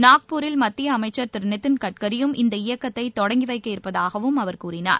நாக்பூரில் மத்திய அமைச்சர் திரு நிதின் கட்கரியும் இந்த இயக்கத்தை தொடங்கி வைக்கவிருப்பதாகவும் அவர் கூறினார்